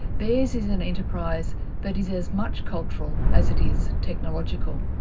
theirs is an enterprise that is as much cultural as it is technological.